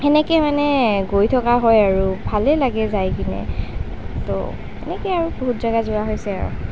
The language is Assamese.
সেনেকৈ মানে গৈ থকা হয় আৰু ভালেই লাগে যায় কিনে এনেকৈ আৰু বহুত জেগা যোৱা হৈছে আৰু